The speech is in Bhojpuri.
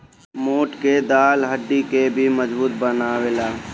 मोठ के दाल हड्डी के भी मजबूत बनावेला